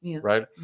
right